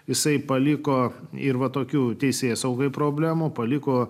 jisai paliko ir va tokių teisėsaugai problemų paliko